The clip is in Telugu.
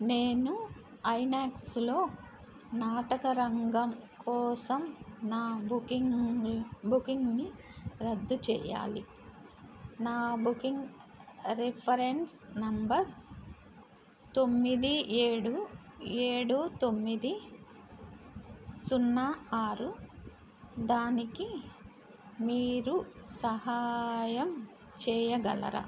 నేను ఐనాక్స్లో నాటకరంగం కోసం నా బుకింగ్ బుకింగ్ని రద్దు చేయాలి నా బుకింగ్ రిఫరెన్స్ నెంబర్ తొమ్మిది ఏడు ఏడు తొమ్మిది సున్నా ఆరు దానికి మీరు సహాయం చేయగలరా